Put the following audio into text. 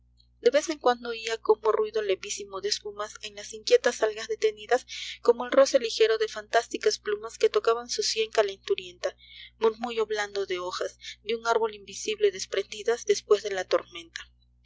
de vez en cuando oía como ruido levísimo de espumas en las inquietas algas detenidas como el roce lijero de fantásticas plumas que tocaban su sien calenturienta murmullo blando de hojas de un árbol invisible desprendidas despues de la tormenta